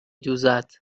دوزد